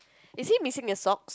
is he missing a sock